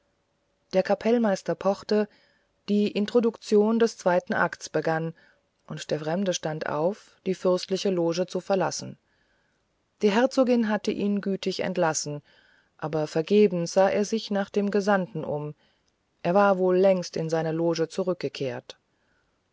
der kapellmeister pochte die introduktion des zweiten akts begann und der fremde stand auf die fürstliche loge zu verlassen die herzogin hatte ihn gütig entlassen aber vergebens sah er sich nach dem gesandten um er war wohl längst in seine loge zurückgekehrt